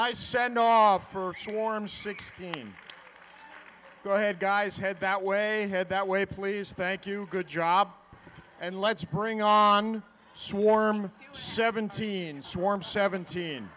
nice send off for swarm sixteen go ahead guys head that way head that way please thank you good job and let's bring on swarms seventeen swarm seventeen